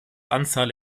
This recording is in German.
anzahl